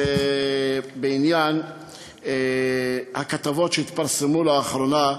זה בעניין הכתבות שהתפרסמו לאחרונה,